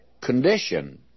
condition